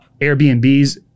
airbnbs